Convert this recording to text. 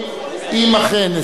אם אכן.